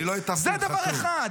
זה דבר אחד.